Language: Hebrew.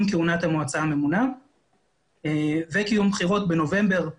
כהונת המועצה הממונה וקיום בחירות בנובמבר 2020,